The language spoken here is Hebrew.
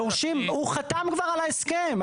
הוא חתם כבר על ההסכם.